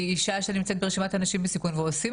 היא אישה שנמצאת ברשימת הנשים בסיכון ועושים